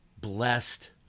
blessed